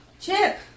Chip